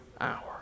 hour